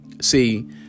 see